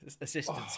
assistance